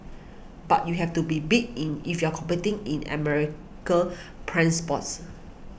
but you have to be big in if you're competing in America's prime spots